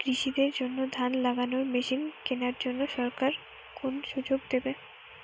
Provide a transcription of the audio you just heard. কৃষি দের জন্য ধান লাগানোর মেশিন কেনার জন্য সরকার কোন সুযোগ দেবে?